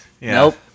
Nope